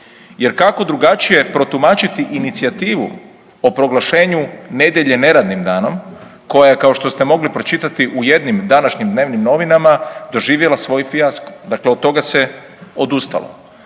jer kako drugačije protumačiti inicijativu o proglašenju nedjelje neradnim danom koja je kao što ste mogli pročitati u jednim današnjim dnevnim novinama doživjela svoj fijasko, dakle od toga se odustalo.